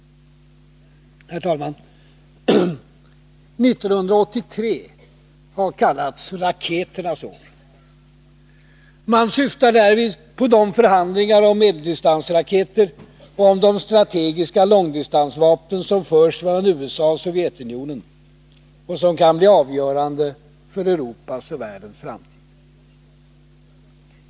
Herr talman! 1983 har kallats raketernas år. Man syftar därvid på de förhandlingar om medeldistansraketer och om de strategiska långdistansvapen som förs mellan USA och Sovjetunionen och som kan bli avgörande för Europas och världens framtid.